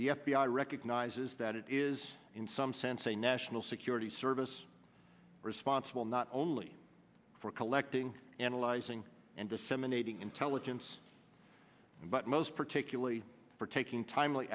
the f b i recognizes that it is in some sense a national security service responsible not only for collecting analyzing and disseminating intelligence but most particularly for taking time